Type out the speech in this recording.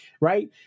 Right